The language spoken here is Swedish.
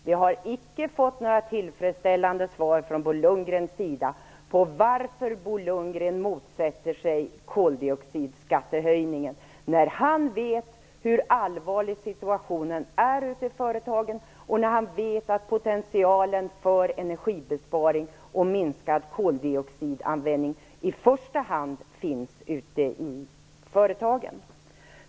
Vi har icke fått några tillfredsställande svar från Bo Lundgren på frågan varför han motsätter sig koldioxidskattehöjningen, när han vet hur allvarlig situationen är och när han vet att potentialen för energibesparing och minskad koldioxidanvändning i första hand finns ute i företagen.